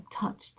touched